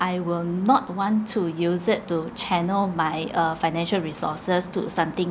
I will not want to use it to channel my uh financial resources to something